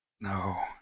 No